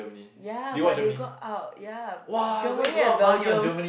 ya but they got out ya Germany and Belgium